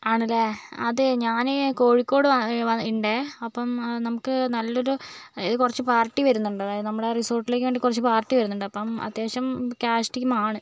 ആണല്ലേ അതെ ഞാൻ കോഴിക്കോട് ഉണ്ട് അപ്പം നമുക്ക് നല്ലൊരു കുറച്ച് പാർട്ടി വരുന്നുണ്ട് അതായത് നമ്മളെ റിസോർട്ടിലേക്ക് കുറച്ച് പാർട്ടി വരുന്നുണ്ട് അപ്പം അത്യാവശ്യം ക്യാഷ് ടീം ആണ്